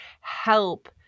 help